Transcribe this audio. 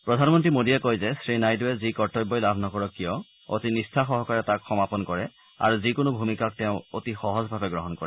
প্ৰধানমন্তী মোদীয়ে কয় যে শ্ৰী নাইডুৱে যি কৰ্তব্যই লাভ নকৰক কিয় অতি নিষ্ঠা সহকাৰে তাক সমাপন কৰে আৰু যিকোনো ভূমিকাক তেওঁ অতি সহজভাৱে গ্ৰহণ কৰে